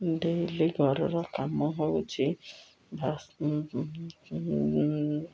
daily ଘରର କାମ ହେଉଛି